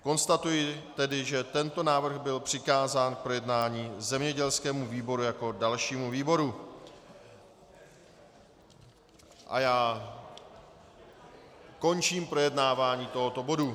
Konstatuji tedy, že tento návrh byl přikázán k projednání zemědělskému výboru jako dalšímu výboru, a končím projednávání tohoto bodu.